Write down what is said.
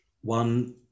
one